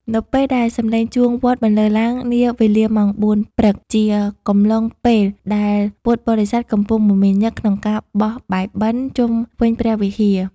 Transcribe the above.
នៅពេលដែលសម្លេងជួងវត្តបន្លឺឡើងនាវេលាម៉ោង ៤ ព្រឹក ជាកំឡុងពេលដែលពុទ្ធបរិស័ទកំពុងមមាញឹកក្នុងការបោះបាយបិណ្ឌជុំវិញព្រះវិហារ។